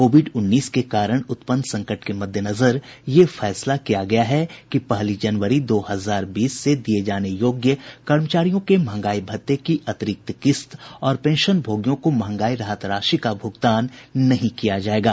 Covid उन्नीस के कारण उत्पन्न संकट के मद्देनजर यह फैसला किया गया है कि पहली जनवरी दो हजार बीस से दिये जाने योग्य कर्मचारियों के महंगाई भत्ते की अतिरिक्त किस्त और पेंशनभोगियों को महंगाई राहत राशि का भुगतान नहीं किया जाएगा